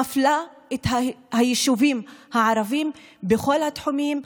מפלה את היישובים הערביים בכל התחומים,